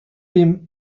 him